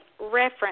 reference